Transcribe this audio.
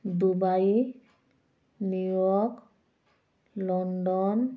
Dubai New York London